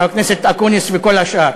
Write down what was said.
חבר הכנסת אקוניס וכל השאר,